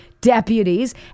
deputies